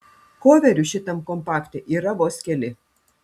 koverių šitam kompakte yra vos keli